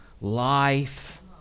life